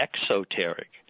exoteric